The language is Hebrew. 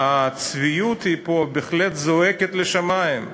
הצביעות פה בהחלט זועקת לשמים.